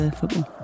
football